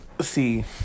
See